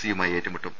C യുമായി ഏറ്റുമുട്ടും